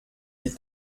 die